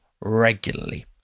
regularly